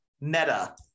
Meta